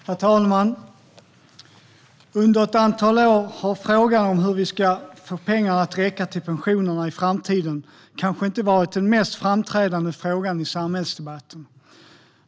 Herr talman! Under ett antal år har frågan om hur vi ska få pengarna att räcka till pensionerna i framtiden kanske inte varit den mest framträdande i samhällsdebatten.